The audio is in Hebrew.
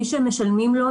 מי שמשלמים לו,